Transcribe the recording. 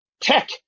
tech